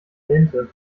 dente